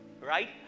right